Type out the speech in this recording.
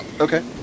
Okay